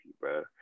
bro